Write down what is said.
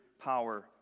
power